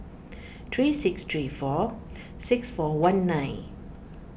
three six three four six four one nine